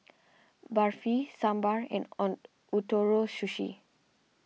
Barfi Sambar and on Ootoro Sushi